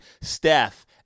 Steph